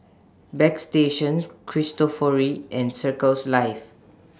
Bagstationz Cristofori and Circles Life